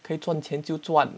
可以赚钱就赚